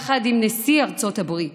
ויחד עם נשיא ארצות הברית